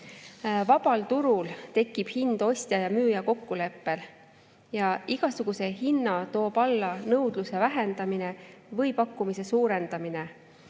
Vabal turul tekib hind ostja ja müüja kokkuleppel ja igasuguse hinna toob alla nõudluse vähendamine või pakkumise suurendamine.